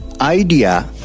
idea